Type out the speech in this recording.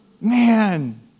Man